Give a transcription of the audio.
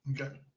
Okay